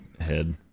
head